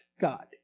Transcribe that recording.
God